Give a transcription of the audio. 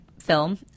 Film